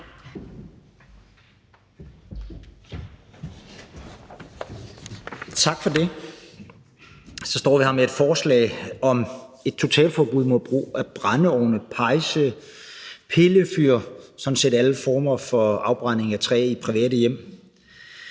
Tak for det. Så står vi her med et forslag om et totalforbud mod brug af brændeovne, pejse, pillefyr, sådan set alle former for afbrænding af træ i private hjem.